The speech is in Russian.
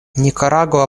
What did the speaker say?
никарагуа